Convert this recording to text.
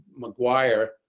McGuire